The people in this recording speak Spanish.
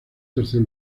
tercer